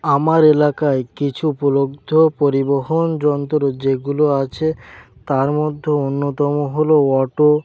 আমার এলাকায় কিছু উপলব্ধ পরিবহন যন্ত্র যেগুলো আছে তার মধ্যে অন্যতম হলো অটো